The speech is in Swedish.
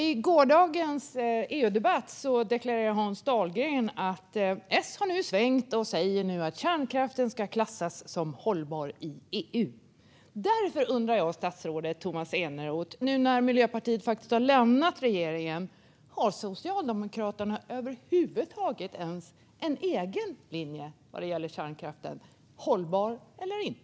I gårdagens EU-debatt deklarerade Hans Dahlgren att S nu har svängt och att kärnkraften ska klassas som hållbar i EU. Statsrådet Tomas Eneroth! Har Socialdemokraterna över huvud taget en egen linje när det gäller kärnkraften nu när Miljöpartiet har lämnat regeringen? Är den hållbar eller inte?